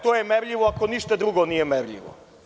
To je merljivo, ako ništa drugo nije merljivo.